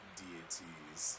deities